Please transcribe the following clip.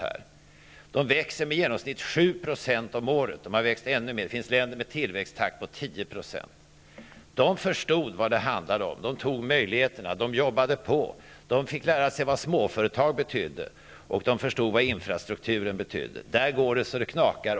Dessa länder växer med i genomsnitt 7 % om året, och det finns länder med en tillväxttakt på 10 %. I Sydostasien förstod man vad det handlade om och tog vara på möjligheterna. Man jobbade på. Man fick lära sig att förstå vad småföretag och infrastruktur betyder. Där växer det så att det knakar.